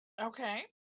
okay